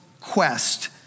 quest